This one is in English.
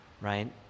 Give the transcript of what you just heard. right